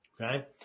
okay